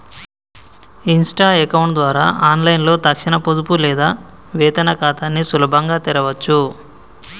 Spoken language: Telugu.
ఇన్స్టా అకౌంట్ ద్వారా ఆన్లైన్లో తక్షణ పొదుపు లేదా వేతన ఖాతాని సులభంగా తెరవచ్చు